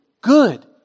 good